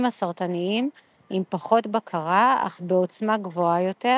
הסרטניים עם פחות בקרה אך בעוצמה גבוהה יותר,